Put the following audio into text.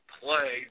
play